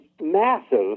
massive